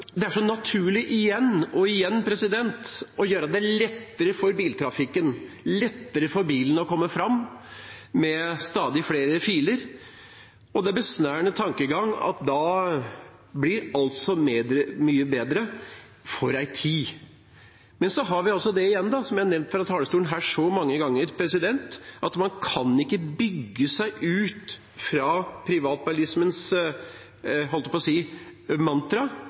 Det er så naturlig igjen og igjen å gjøre det lettere for biltrafikken – lettere for bilen – å komme fram ved å bygge stadig flere filer. Det er en besnærende tankegang at da blir alt så mye bedre – for en tid. Men så har vi igjen det som jeg har nevnt fra talerstolen her så mange ganger, at man ikke kan bygge seg ut av privatbilismens – jeg holdt på å si – mantra